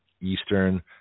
Eastern